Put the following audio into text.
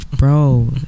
Bro